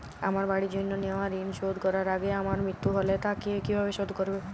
আমার বাড়ির জন্য নেওয়া ঋণ শোধ করার আগে আমার মৃত্যু হলে তা কে কিভাবে শোধ করবে?